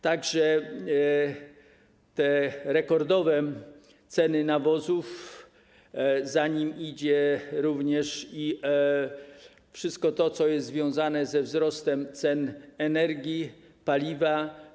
Tak że są rekordowe ceny nawozów, za tym idzie również wszystko to, co jest związane ze wzrostem cen energii, paliwa.